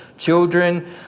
children